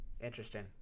Interesting